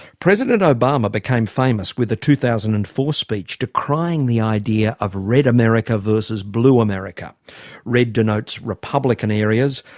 president obama became famous with the two thousand and four speech decrying the idea of red america versus blue america red denotes republican areas,